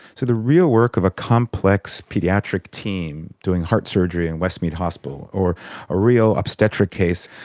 so the real work of a complex paediatric team doing heart surgery in westmead hospital, or a real obstetric case,